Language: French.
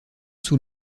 sous